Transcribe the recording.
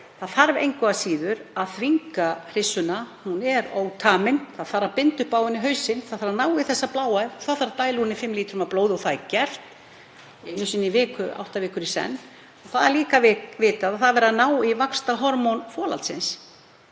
það þarf engu að síður að þvinga hryssuna. Hún er ótamin, það þarf að binda upp á henni í hausinn, það þarf að ná í þessa bláæð og það þarf að dæla úr henni fimm lítrum af blóði og það er gert einu sinni í viku, átta vikur í senn. Og það er líka vitað að verið er að ná í vaxtarhormón folaldsins